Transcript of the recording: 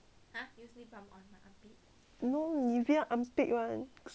no Nivea armpit [one] so can be